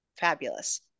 Fabulous